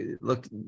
look